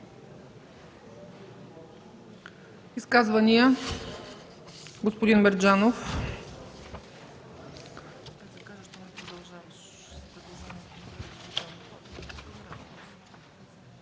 Изказвания? Господин Мерджанов.